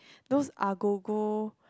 those agogo